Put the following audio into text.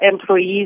employees